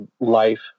life